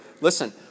listen